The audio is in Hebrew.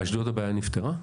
באשדוד הבעיה נפתרה?